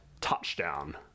touchdown